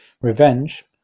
Revenge